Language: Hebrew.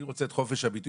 אני רוצה את חופש הביטוי,